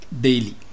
daily